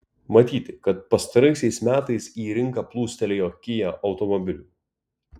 matyti kad pastaraisiais metais į rinką plūstelėjo kia automobilių